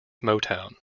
motown